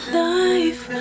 life